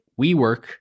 WeWork